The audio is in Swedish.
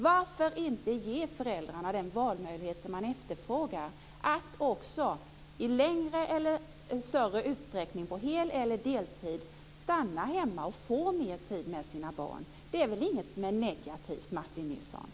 Varför inte ge föräldrarna den valmöjlighet de efterfrågar, att också i mindre eller större utsträckning, på hel eller deltid, stanna hemma och få mer tid med sina barn? Det är väl inget som är negativt, Martin Nilsson?